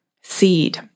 seed